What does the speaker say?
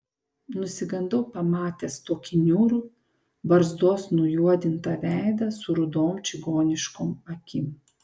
nusigandau pamatęs tokį niūrų barzdos nujuodintą veidą su rudom čigoniškom akim